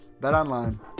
BetOnline